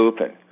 open